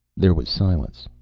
there was silence.